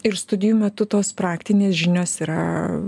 ir studijų metu tos praktinės žinios yra